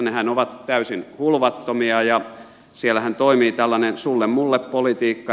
nehän ovat täysin hulvattomia ja siellähän toimii tällainen sullemulle politiikka